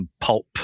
pulp